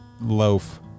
loaf